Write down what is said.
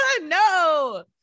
no